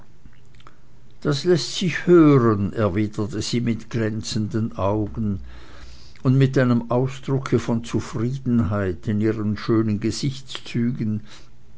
das läßt sich hören erwiderte sie mit glänzenden augen und mit einem ausdrucke von zufriedenheit in ihren schönen gesichtszügen